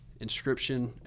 inscription